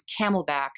Camelback